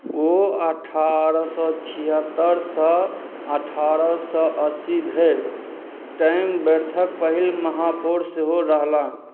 ओ अठारह सओ छिहत्तरिसँ अठारह सओ अस्सीधरि टाइमवर्थक पहिल महापौर सेहो रहलाह